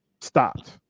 stopped